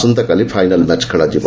ଆସନ୍ତାକାଲି final match ଖେଳାଯିବ